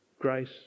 grace